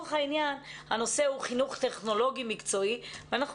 לצורך העניין הנושא הוא חינוך טכנולוגי מקצועי ואנחנו